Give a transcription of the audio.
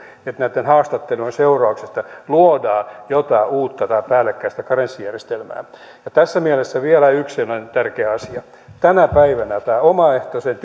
että näitten haastattelujen seurauksista luodaan jotain uutta tai päällekkäistä karenssijärjestelmää tässä mielessä vielä yksi sellainen tärkeä asia tänä päivänä omaehtoisen